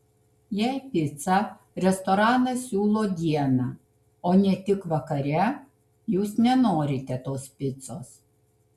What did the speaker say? jei picą restoranas siūlo dieną o ne tik vakare jūs nenorite tos picos